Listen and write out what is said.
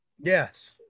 Yes